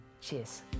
Cheers